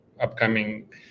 upcoming